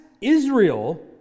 Israel